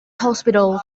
hospitals